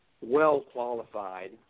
well-qualified